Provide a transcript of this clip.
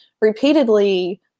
repeatedly